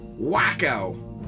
WACKO